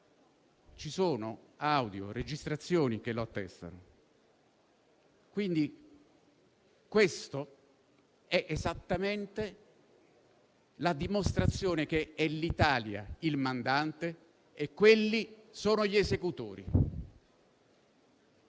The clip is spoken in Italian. Ci sono audio e registrazioni che lo attestano. Questa è esattamente la dimostrazione del fatto che l'Italia è il mandante e quelli sono gli esecutori.